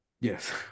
yes